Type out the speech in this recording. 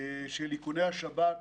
של איכוני השב"כ,